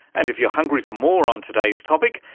and if you're hungry for more on today's topic,